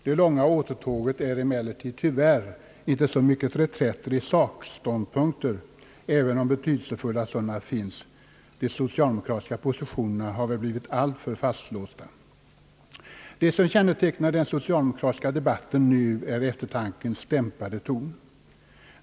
Det långa återtåget är emellertid tyvärr inte så mycket reträtter i sakståndpunkter — även om betydelsefulla sådana finns. De socialdemokratiska positionerna har väl blivit alltför fastlåsta. Det som kännetecknar den socialdemokratiska debatten nu är eftertankens dämpade ton.